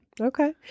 Okay